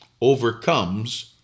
overcomes